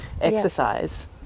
exercise